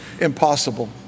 impossible